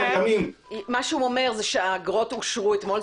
הוא אומר שהאגרות אושרו אתמול,